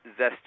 zesty